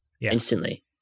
instantly